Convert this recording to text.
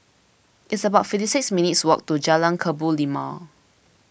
it's about fifty six minutes' walk to Jalan Kebun Limau